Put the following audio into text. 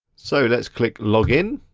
so let's click login.